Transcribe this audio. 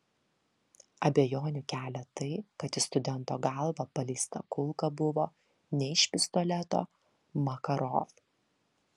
abejonių kelia tai kad į studento galvą paleista kulka buvo ne iš pistoleto makarov